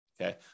Okay